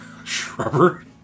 Shrubber